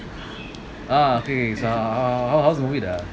ah okay okay so how how's the movie